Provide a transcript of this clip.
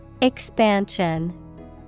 Expansion